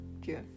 June